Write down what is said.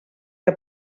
que